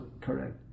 correct